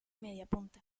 mediapunta